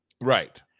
Right